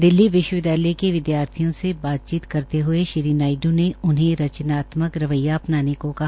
दिल्ली विश्वविद्यालय के विद्यार्थियों से बातचीत करते हये श्री नायडू ने उन्हें रचनात्मक रवैया अपनाने को कहा